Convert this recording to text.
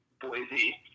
Boise